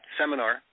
seminar